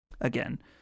again